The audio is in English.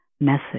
message